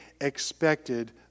expected